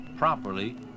properly